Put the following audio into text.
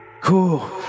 cool